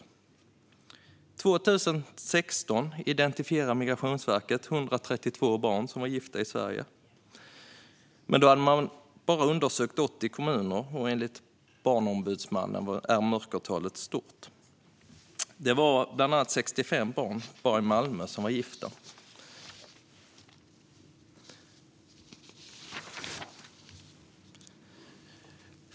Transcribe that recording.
År 2016 identifierade Migrationsverket 132 barn som var gifta i Sverige. Men då hade man bara undersökt 80 kommuner, och enligt Barnombudsmannen är mörkertalet stort. Bara i Malmö var 65 barn gifta.